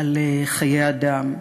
על חיי אדם.